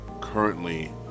currently